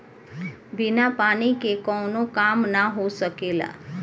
बिना पानी के कावनो काम ना हो सकेला